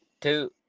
two